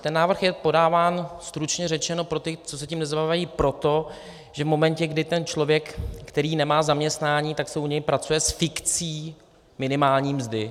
Ten návrh je podáván, stručně řečeno, pro ty, co se tím nezabývají, proto, že v momentě, kdy ten člověk, který nemá zaměstnání, tak se u něj pracuje s fikcí minimální mzdy.